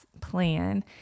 plan